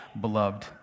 beloved